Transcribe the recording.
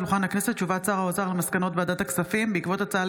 הודעת שר האוצר על מסקנות ועדת הכספים בעקבות דיון